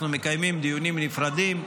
אנחנו מקיימים דיונים נפרדים,